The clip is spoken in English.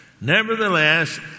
Nevertheless